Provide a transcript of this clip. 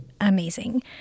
amazing